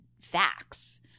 facts